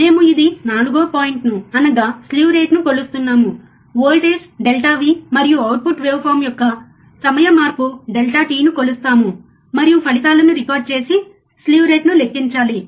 మేము ఇది 4 వ పాయింట్నుఅనగా స్లీవ్ రేటును కొలుస్తున్నాము వోల్టేజ్ ∆V మరియు అవుట్పుట్ వేవ్ఫార్మ్ యొక్క సమయ మార్పు ∆t ను కొలుస్తాము మరియు ఫలితాలను రికార్డ్ చేసి స్లీవ్ రేటును లెక్కించాలి